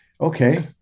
okay